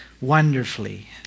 wonderfully